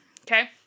Okay